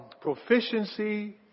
proficiency